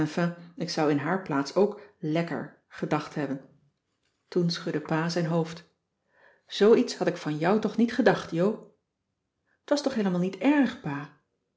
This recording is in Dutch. ik zou in haar plaats ook lekker gedacht hebben toen schudde pa zijn hoofd cissy van marxveldt de h b s tijd van joop ter heul zoo iets had ik van jou toch niet gedacht jo t was toch heelemaal niet erg pa